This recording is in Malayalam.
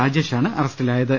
രാജേഷ് ആണ് അറസ്റ്റിലായത്